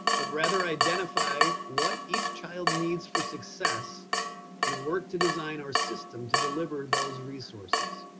but rather identify what each child needs for success and work to design our system to deliver those resources.